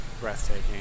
breathtaking